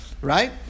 right